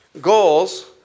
Goals